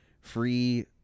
free